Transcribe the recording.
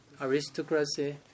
aristocracy